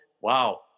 Wow